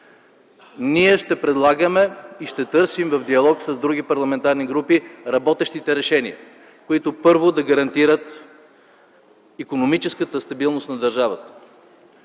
Ние ще предлагаме и ще търсим в диалог с други парламентарни групи работещите решения, които първо, да гарантират икономическата стабилност на държавата.